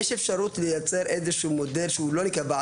יש אפשרות לייצר איזשהו מודל שהוא לא נקרא ועד